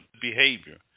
behavior